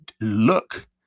look